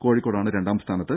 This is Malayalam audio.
കോഴിക്കോടാണ് രണ്ടാം സ്ഥാനത്ത്